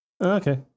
Okay